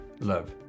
love